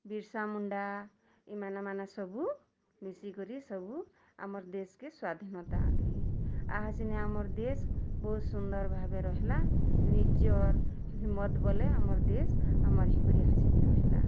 ବିର୍ସାମୁଣ୍ଡା ଏମାନ ମାନେ ସବୁ ମିଶିକରି ସବୁ ଆମର୍ ଦେଶ୍ କେ ସ୍ୱାଧୀନତା ଆଣିଲେ ଆହାଚିନ୍ ଆମର୍ ଦେଶ୍ ବହୁତ୍ ସୁନ୍ଦର୍ ଭାବରେ ରହିଲା ନିଜର୍ ହିମତ୍ ବୋଲେ ଆମର୍ ଦେଶ୍ ଆମର୍ ହେଇକରି ଏହା ସିନ୍ ରହିଁଲା